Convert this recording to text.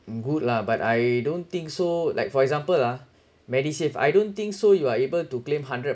good lah but I don't think so like for example lah medisave I don't think so you are able to claim hundred